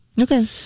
Okay